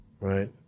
Right